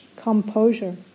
composure